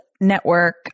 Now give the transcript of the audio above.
Network